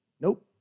Nope